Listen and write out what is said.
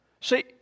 See